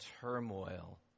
turmoil